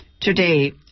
today